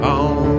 on